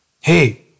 Hey